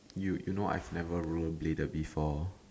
you know I've never rollerbladed before